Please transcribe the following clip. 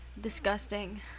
Disgusting